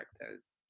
characters